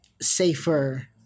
safer